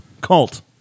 cult